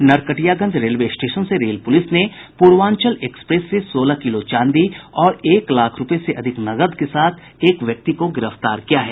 Narkatiaganj railway station से rail police ने Purvanchal express से सोलह किलो चांदी और एक लाख रूपये से अधिक नकद के साथ एक व्यक्ति को गिरफ्तार किया है